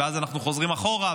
ואז אנחנו חוזרים אחורה,